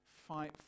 Fight